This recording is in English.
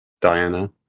Diana